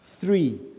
Three